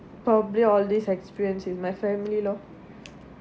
probably all this experience with my family lor